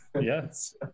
Yes